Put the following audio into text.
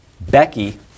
Becky